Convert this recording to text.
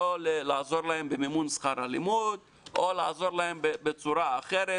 או לעזור להם במימון שכר הלימוד או לעזור להם בצורה אחרת,